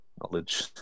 knowledge